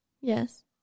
Yes